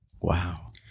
Wow